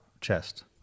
chest